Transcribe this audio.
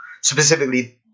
specifically